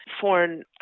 foreign